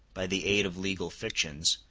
by the aid of legal fictions,